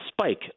spike